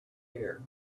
here